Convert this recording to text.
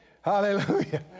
Hallelujah